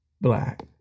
black